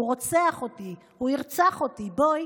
הוא רוצח אותי, הוא ירצח אותי, בואי,